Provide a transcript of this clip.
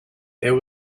there